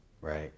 right